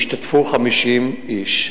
השתתפו 50 איש.